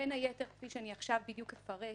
בין היתר, כפי שאני אפרט עכשיו,